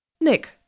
Nick